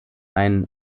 einen